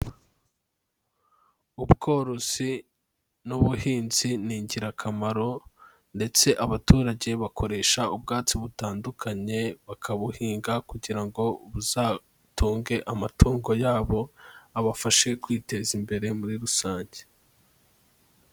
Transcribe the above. Ubworozi n'ubuhinzi ni ingirakamaro, ndetse abaturage bakoresha ubwabatsi butandukanye bakabuhinga kugira ngo buzatunge amatungo yabo, abafashe kwiteza imbere muri rusange.